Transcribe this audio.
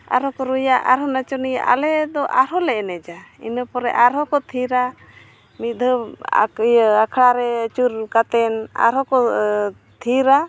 ᱟᱨ ᱦᱚᱸᱠᱚ ᱨᱩᱭᱟ ᱟᱨᱦᱚᱸ ᱱᱟᱪᱚᱱᱤᱭᱟᱹ ᱟᱞᱮ ᱫᱚ ᱟᱨ ᱦᱚᱸᱞᱮ ᱮᱱᱮᱡᱟ ᱤᱱᱟᱹ ᱯᱚᱨᱮ ᱟᱨᱦᱚᱸ ᱠᱚ ᱛᱷᱤᱨᱟ ᱢᱤᱫ ᱫᱷᱟᱣ ᱟᱠᱷᱲᱟ ᱨᱮ ᱟᱹᱪᱩᱨ ᱠᱟᱛᱮᱫ ᱟᱨᱦᱚᱸ ᱠᱚ ᱛᱷᱤᱨᱟ